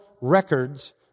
records